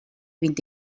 vint